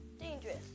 dangerous